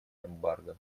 эмбарго